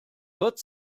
gott